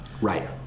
Right